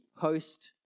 post